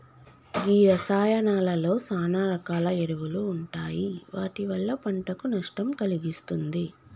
గీ రసాయానాలలో సాన రకాల ఎరువులు ఉంటాయి వాటి వల్ల పంటకు నష్టం కలిగిస్తుంది